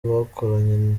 bakoranye